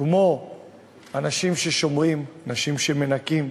כמו אנשים ששומרים, אנשים שמנקים,